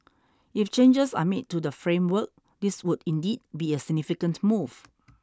if changes are made to the framework this would indeed be a significant move